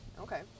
okay